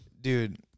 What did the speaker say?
dude